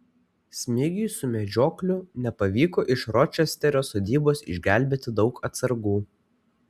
smigiui su medžiokliu nepavyko iš ročesterio sodybos išgelbėti daug atsargų